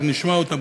אנחנו נשמע אותם,